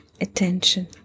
attention